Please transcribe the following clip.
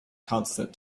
constant